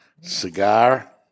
Cigar